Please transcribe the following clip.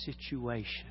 situation